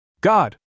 God